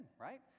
right